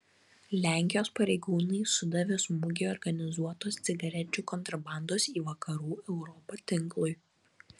lenkijos pareigūnai sudavė smūgį organizuotos cigarečių kontrabandos į vakarų europą tinklui